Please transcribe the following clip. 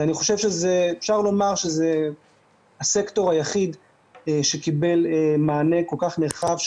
אפשר לומר שזה הסקטור היחיד שקיבל מענה כל כך נרחב,